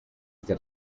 that